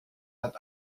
hat